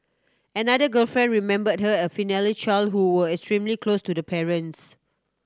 another girlfriend remembered her as a filial child who was extremely close to the parents